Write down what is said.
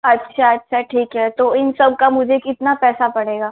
अच्छा अच्छा ठीक है तो इन सब का मुझे कितना पैसा पड़ेगा